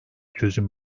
çözüm